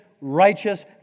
righteous